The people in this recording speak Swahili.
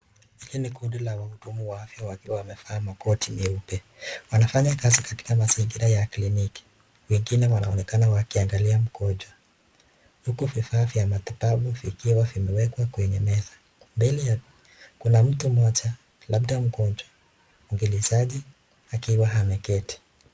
Hili ni kundi la wahudumu wa afya wakiwa wamevaa Makoti meupe. Wanafanya kazi katika mazingira ya kliniki. Wengine wanaonekana wakiangalia mkojo huku vifaa vya matibabu vikiwa vimewekwa kwenye meza. Mbele ya, Kuna mtu mmoja labda mgonjwa mwingilizaji akiwa ameketi